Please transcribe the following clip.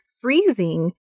freezing